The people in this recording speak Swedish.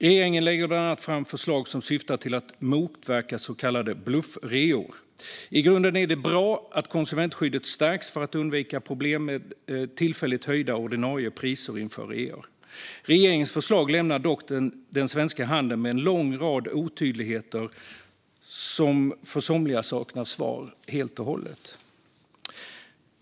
Regeringen lägger bland annat fram förslag som syftar till att motverka så kallade bluffreor. I grunden är det bra att konsumentskyddet stärks för att undvika problem med tillfälligt höjda ordinarie priser inför reor. Regeringens förslag lämnar dock den svenska handeln med en lång rad otydligheter, och för somliga saknas svar helt och hållet.